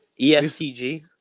ESTG